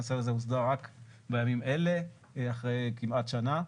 הנושא הזה הוסדר רק בימים אלה אחרי כמעט שנה,